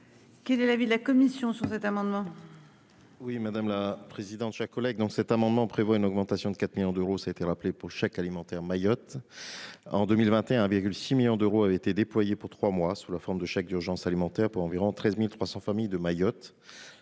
Quel est l'avis de la commission ? Cet amendement